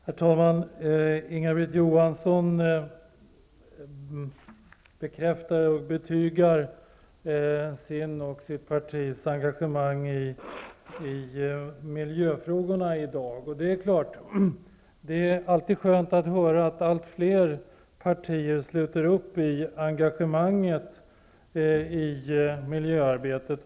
Herr talman! Inga-Britt Johansson betygar sitt och sitt partis engagemang i miljöfrågorna. Det är självfallet alltid skönt att höra att allt fler partier sluter upp för miljöarbetet.